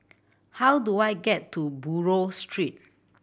how do I get to Buroh Street